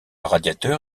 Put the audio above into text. radiateur